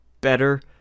better